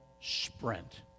sprint